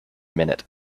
minute